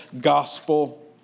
gospel